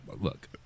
look